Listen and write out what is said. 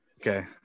Okay